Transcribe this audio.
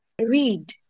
read